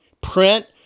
print